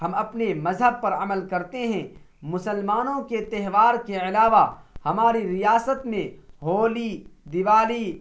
ہم اپنے مذہب پر عمل کرتے ہیں مسلمانوں کے تہوار کے علاوہ ہماری ریاست میں ہولی دیوالی